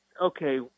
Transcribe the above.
okay